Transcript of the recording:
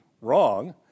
wrong